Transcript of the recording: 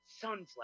Sunflower